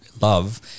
love